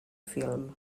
film